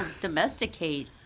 domesticate